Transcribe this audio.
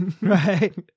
right